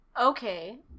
okay